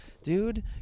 Dude